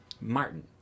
Martin